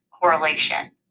correlation